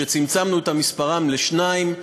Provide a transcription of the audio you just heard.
וצמצמנו את מספרם לשניים,